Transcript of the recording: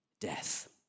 death